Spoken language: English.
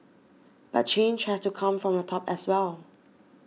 but change has to come from the top as well